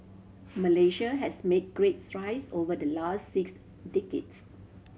Malaysia has make great strides over the last six decades